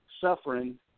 suffering